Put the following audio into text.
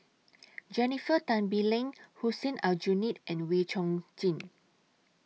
Jennifer Tan Bee Leng Hussein Aljunied and Wee Chong Jin